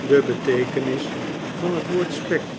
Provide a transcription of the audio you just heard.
de beteekenis van het woord spek